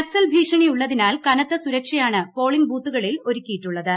നക്സൽ ഭീഷണിയുള്ളതിനാൽ കനത്ത സുരക്ഷയാണ് പോളിംഗ് ബൂത്തുകളിൽ ഒരുക്കിയിട്ടുള്ളത്